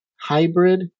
hybrid